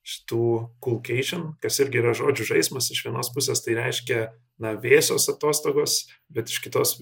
šitų kulkeišin kas irgi yra žodžių žaismas iš vienos pusės tai reiškia na vėsios atostogos bet iš kitos